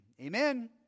Amen